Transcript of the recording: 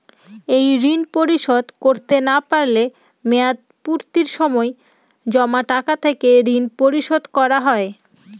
এই ঋণ পরিশোধ করতে না পারলে মেয়াদপূর্তির সময় জমা টাকা থেকে ঋণ পরিশোধ করা হয়?